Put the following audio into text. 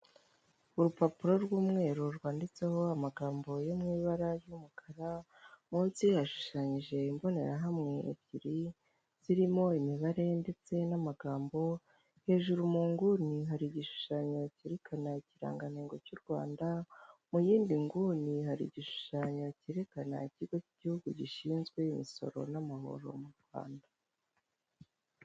Urupapuro rw'umweru rwanditseho amagambo yo mw' ibara ry'umukara munsi hashushanyije imbonerahamwe ebyiri, zirimo imibare ndetse n'amagambo, hejuru munguni hari igishushanyo cyerekana ikiranga ntego cy'u Rwanda, muyindi nguni hari igishushanyo cyerekana ikigo cy'igihugu gishinzwe imisoro n'amahoro mu Rwanda.